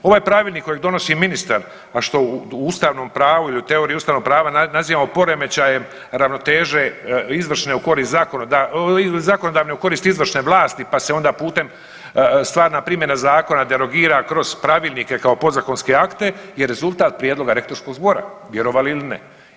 Ovaj pravilnik kojeg donosi ministar, a što u ustavnom pravu ili u teoriji ustavnog prava nazivamo poremećajem ravnoteže izvršne u korist, zakonodavne u korist izvršne vlasti pa se onda putem stvarna primjena zakona derogira kroz pravilnike kao podzakonske akte je rezultat prijedloga rektorskog zbora, vjerovali ili ne.